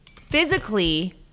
physically